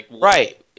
Right